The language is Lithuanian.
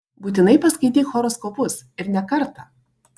būtinai paskaityk horoskopus ir ne kartą